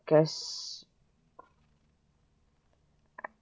cause